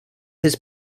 his